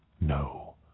no